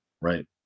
right